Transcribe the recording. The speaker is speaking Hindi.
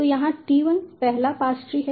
तो यहाँ T 1 पहला पार्स ट्री है